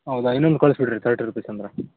ಹೌದ ಇನ್ನೊಂದು ಕಳಿಸ್ಬಿಡ್ರಿ ತರ್ಟಿ ರುಪೀಸ್ ಅಂದರೆ